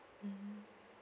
mm